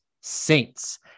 Saints